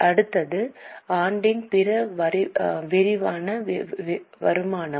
அடுத்தது ஆண்டின் பிற விரிவான வருமானம்